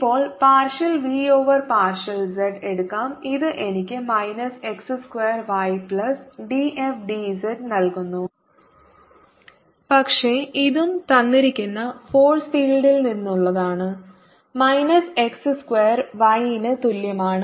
ഇപ്പോൾ partial v over partial z എടുക്കാം ഇത് എനിക്ക് minus x square y plus d f d z നൽകുന്നു പക്ഷേ ഇതും തന്നിരിക്കുന്ന ഫോഴ്സ് ഫീൽഡിൽ നിന്നുള്ളതാണ് മൈനസ് x സ്ക്വയർ y ന് തുല്യമാണ്